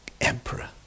emperor